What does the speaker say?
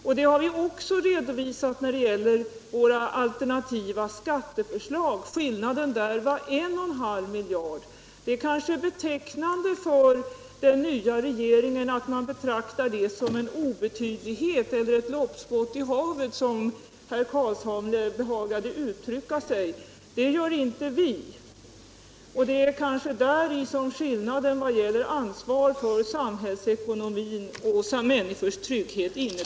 Vi har också redovisat det när det gäller vårt alternativa skatteförslag; där var skillnaden 1,5 miljarder kr. Det är kanske betecknande för den nya regeringen att den betraktar detta som en obetydlighet eller som ett loppspott i havet, som herr Carlshamre visst behagade uttrycka sig. Det gör inte vi, och det är kanske däri som skillnaden ligger när det gäller att ta ansvaret för samhällsekonomin och för människors trygghet.